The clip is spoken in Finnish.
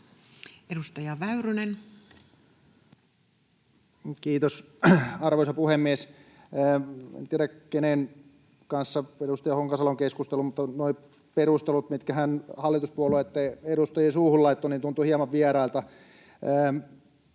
Edustaja Väyrynen. Kiitos, arvoisa puhemies! En tiedä, kenen kanssa edustaja Honkasalo on keskustellut, mutta nuo perustelut, mitkä hän hallituspuolueitten edustajien suuhun laittoi, tuntuivat hieman vierailta.